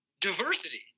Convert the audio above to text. diversity